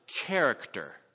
character